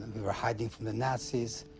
were hiding from the nazis,